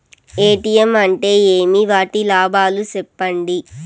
ATM అంటే ఏమి? వాటి లాభాలు సెప్పండి?